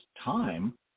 time